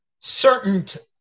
certain